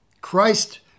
Christ